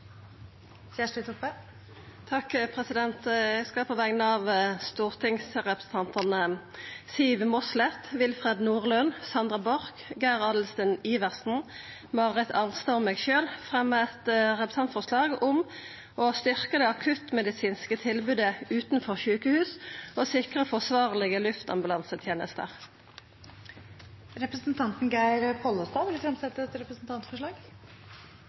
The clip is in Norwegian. Eg skal på vegner av stortingsrepresentantane Siv Mossleth, Willfred Nordlund, Sandra Borch, Geir Adelsten Iversen, Marit Arnstad og meg sjølv fremja eit representantforslag om å styrkja det akuttmedisinske tilbodet utanfor sjukehus og sikra forsvarlege luftambulansetenester. Representanten Geir Pollestad vil fremsette et representantforslag.